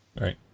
right